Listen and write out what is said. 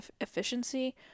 efficiency